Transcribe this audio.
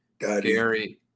Gary